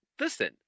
Listen